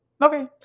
Okay